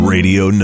Radio